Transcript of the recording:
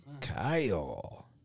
Kyle